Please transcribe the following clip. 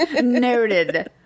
noted